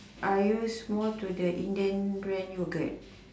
I use more to the Indian brand yogurt